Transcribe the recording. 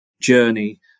journey